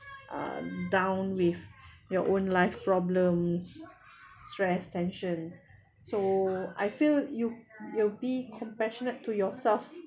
um down with your own life problems stress tension so I feel you you be compassionate to yourself